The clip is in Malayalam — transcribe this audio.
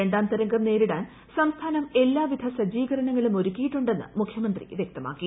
രണ്ടാം തരംഗം നേരിടാൻ സംസ്ഥാനം എല്ലാവിധ സജ്ജീകരണങ്ങളും ഒരുക്കിയിട്ടുണ്ടെന്ന് മുഖ്യമന്ത്രി വൃക്തമാക്കി